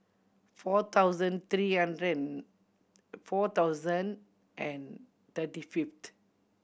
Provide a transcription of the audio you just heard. four thousand three hundred and four thousand and thirty fifth